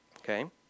Okay